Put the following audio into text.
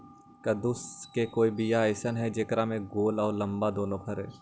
कददु के कोइ बियाह अइसन है कि जेकरा में गोल औ लमबा दोनो फरे?